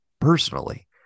personally